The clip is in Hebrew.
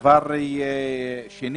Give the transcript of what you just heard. בנוסף,